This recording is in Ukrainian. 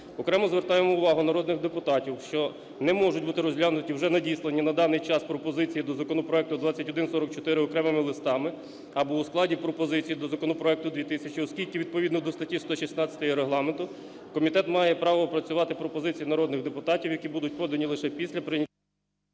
Окремо звертаємо увагу народних депутатів, що не можуть бути розглянуті вже надіслані на даний час пропозиції до законопроекту 2144 окремими листами або у складі пропозицій до законопроекту 2000, оскільки відповідно до статті 116 Регламенту комітет має право опрацювати пропозиції народних депутатів, які будуть подані лише після прийняття…